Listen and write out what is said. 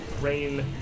rain